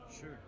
sure